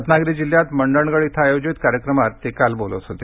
रत्नागिरी जिल्ह्यात मंडणगड इथं आयोजित कार्यक्रमात ते काल बोलत होते